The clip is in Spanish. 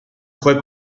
fue